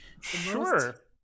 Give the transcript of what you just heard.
Sure